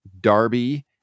Darby